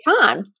time